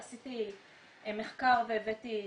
עשיתי מחקר והבאתי